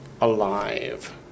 alive